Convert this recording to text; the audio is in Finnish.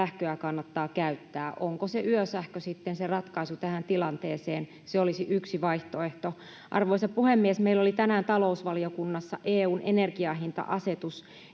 sähköä kannattaa käyttää. Onko se yösähkö sitten se ratkaisu tähän tilanteeseen? Se olisi yksi vaihtoehto. Arvoisa puhemies! Meillä oli tänään talousvaliokunnassa EU:n energiahinta-asetus,